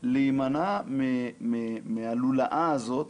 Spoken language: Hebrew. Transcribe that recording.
להימנע מהלולאה הזאת.